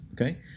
okay